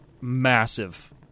massive